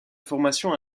formation